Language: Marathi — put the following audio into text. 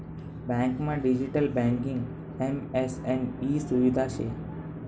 बँकमा डिजिटल बँकिंग एम.एस.एम ई सुविधा शे